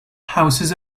houses